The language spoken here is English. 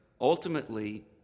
Ultimately